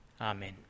Amen